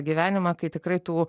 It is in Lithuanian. gyvenimą kai tikrai tų